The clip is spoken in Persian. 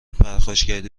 پرخاشگری